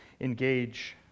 engage